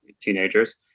teenagers